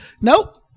Nope